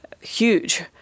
huge